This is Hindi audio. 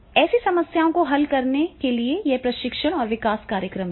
ऐसी समस्याओं को हल करने के लिए ये प्रशिक्षण और विकास कार्यक्रम हैं